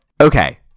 Okay